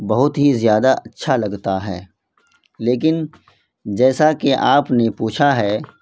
بہت ہی زیادہ اچھا لگتا ہے لیکن جیسا کہ آپ نے پوچھا ہے